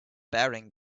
bearing